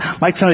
Mike